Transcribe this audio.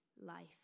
life